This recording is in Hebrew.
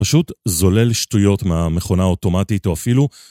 פשוט זולל שטויות מהמכונה האוטומטית או אפילו